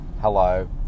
hello